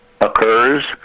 occurs